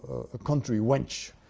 a country wench.